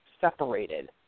separated